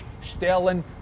Sterling